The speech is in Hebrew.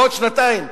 בעוד שנתיים,